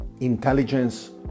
intelligence